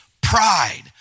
pride